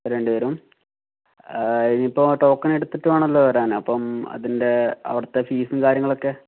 വരേണ്ടിവരും ഇനി ഇപ്പോൾ ടോക്കൺ എടുത്തിട്ട് വേണമല്ലോ വരാൻ അപ്പം അതിൻ്റെ അവിടുത്തെ ഫീസും കാര്യങ്ങളൊക്കെ